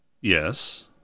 Yes